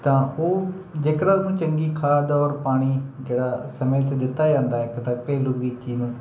ਤਾਂ ਉਹ ਜੇਕਰ ਉਹਨੂੰ ਚੰਗੀ ਖਾਦ ਔਰ ਪਾਣੀ ਜਿਹੜਾ ਸਮੇਂ 'ਤੇ ਦਿੱਤਾ ਜਾਂਦਾ ਇੱਕ ਤਾਂ ਘਰੇਲੂ ਬਗੀਚੀ ਨੂੰ